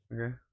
Okay